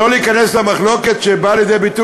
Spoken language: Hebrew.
לא ניכנס למחלוקת שבאה לידי ביטוי